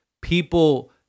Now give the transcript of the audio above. people